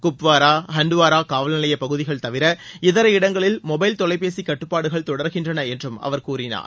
குப்வாரா ஹண்ட்வாரா காவல் நிலைய பகுதிகள் தவிர இதர இடங்களில் மொபைல் தொலைபேசி கட்டுப்பாடுகள் தொடர்கின்றன என்றும் அவர் கூறினார்